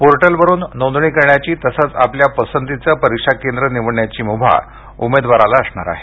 पोर्टलवरून नोंदणी करण्याची तसंच आपल्या पसंतीचं परीक्षा केंद्र निवडण्याची म्भा उमेदवाराला असणार आहे